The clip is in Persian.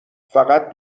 فقط